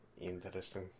interesting